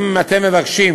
אם אתם מבקשים